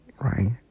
Right